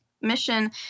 mission